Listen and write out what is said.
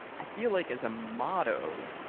i feel like as a motto.